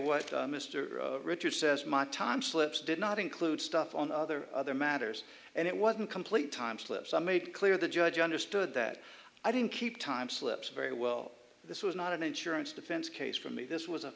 mr richards says my time slips did not include stuff on other other matters and it wasn't complete time slips are made clear the judge understood that i didn't keep time slips very well this was not an insurance defense case for me this was a